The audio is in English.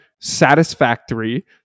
satisfactory